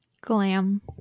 glam